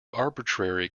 arbitrary